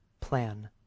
plan